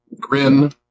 grin